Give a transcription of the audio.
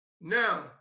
Now